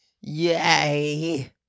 Yay